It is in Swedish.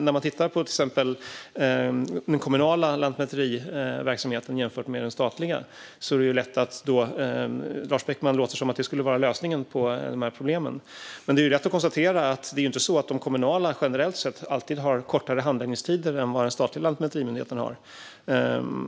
Man kan till exempel jämföra den kommunala lantmäteriverksamheten med den statliga. På Lars Beckman låter det som att detta skulle vara lösningen på problemen. Men det är lätt att konstatera att det inte är så att den kommunala verksamheten generellt sett alltid har kortare handläggningstider än vad den statliga lantmäterimyndigheten har.